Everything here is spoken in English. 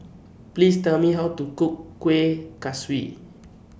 Please Tell Me How to Cook Kuih Kaswi